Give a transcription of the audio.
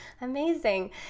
Amazing